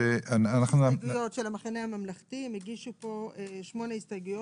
המחנה הממלכתי הגישו 8 הסתייגויות.